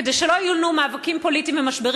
כדי שלא יהיו לנו מאבקים פוליטיים ומשברים